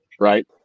right